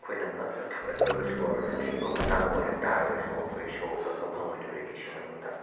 ꯑꯩꯈꯣꯏꯅ ꯉꯛꯅ ꯊꯥꯡꯒꯠꯂꯨꯔꯒ ꯁꯣꯔꯅ ꯊꯤꯡꯕ ꯃꯇꯥꯡ ꯑꯣꯏꯔꯝꯇꯥꯒꯁꯨ ꯑꯩꯈꯣꯏ ꯁꯣꯔ ꯍꯣꯟꯕ ꯐꯪꯉꯣꯏꯗꯧꯔꯤꯅꯤ ꯏꯁꯤꯡ ꯃꯅꯨꯉꯗ